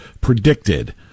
predicted